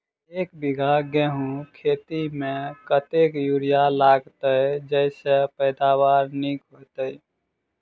एक बीघा गेंहूँ खेती मे कतेक यूरिया लागतै जयसँ पैदावार नीक हेतइ?